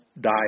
die